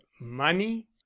money